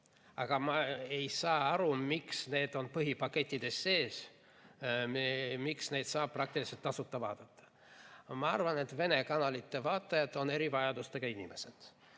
aga ma ei saa aru, miks need on põhipakettides sees ja miks neid saab praktiliselt tasuta vaadata. Ma arvan, et Vene kanalite vaatajad on erivajadustega inimesed.